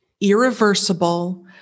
irreversible